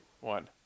one